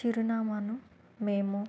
చిరునామాను మేము